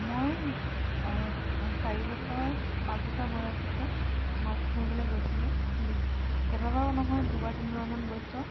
মই চাৰি বছৰ পাঁচ বছৰ বয়সতে মাছ ধৰিবলৈ গৈছিলো কেইবাবাৰো নহয় দুবাৰ তিনিবাৰমান গৈছো